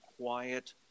quiet